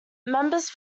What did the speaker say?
members